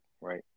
right